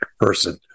person